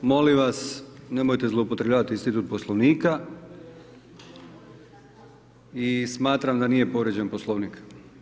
Molim vas nemojte zloupotrebljavat institut Poslovnika i smatram da nije povrijeđen Poslovnik.